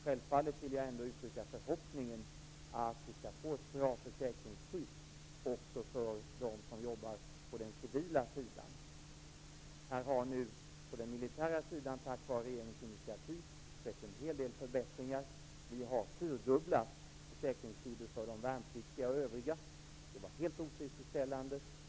Självfallet vill jag ändå uttrycka förhoppningen att vi skall få ett bra försäkringsskydd också för dem som jobbar på den civila sidan. På den militära sidan har tack vare regeringens initiativ skett en hel del förbättringar. Vi har fyrdubblat försäkringsskyddet för de värnpliktiga och övriga. Det var tidigare helt otillfredsställande.